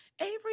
Avery